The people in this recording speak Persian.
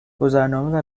گذرنامه